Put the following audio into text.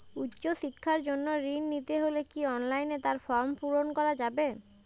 উচ্চশিক্ষার জন্য ঋণ নিতে হলে কি অনলাইনে তার ফর্ম পূরণ করা যাবে?